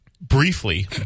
briefly